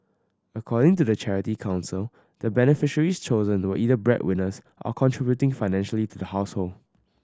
according to the Charity Council the beneficiaries chosen were either bread winners or contributing financially to the household